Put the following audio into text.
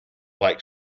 like